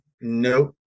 Nope